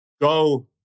go